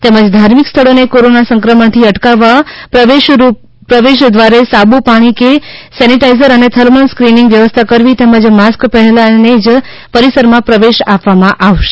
તેમજ ધાર્મિક સ્થળોને કોરોના સંક્રમણ અટકાવવા પ્રવેશરૂપે સાબુ પાણી કે સેનેટાઈઝર અને થર્મલ સ્કિનીંગ વ્યવસ્થા કરવી તેમજ માસ્ક પહેરેલાંને જ પરિસરમાં પ્રવેશ આપવામાં આવશે